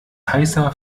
heißer